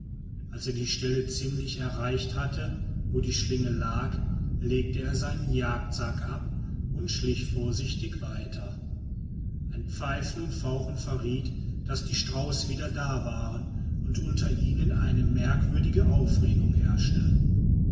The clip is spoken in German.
als er die stelle ziemlich erreicht hatte wo die schlinge lag legte er seinen jagdsack ab und schlich vorsichtig weiter ein pfeifen und fauchen verriet daß die strauße wieder da waren und unter ihnen eine merkwürdige aufregung herrschte